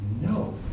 no